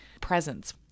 presence